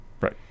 Right